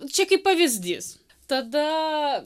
čia kaip pavyzdys tada